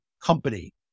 company